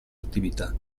attività